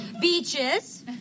Beaches